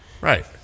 right